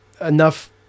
enough